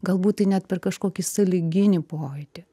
galbūt tai net per kažkokį sąlyginį pojūtį